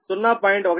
u